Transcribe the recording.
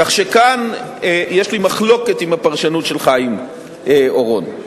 כך שכאן יש לי מחלוקת עם הפרשנות של חיים אורון.